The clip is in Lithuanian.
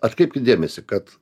atkreipkit dėmesį kad